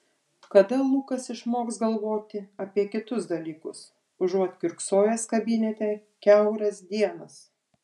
kada lukas išmoks galvoti apie kitus dalykus užuot kiurksojęs kabinete kiauras dienas